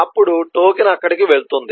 అప్పుడు టోకెన్ అక్కడికి వెళ్తుంది